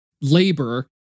labor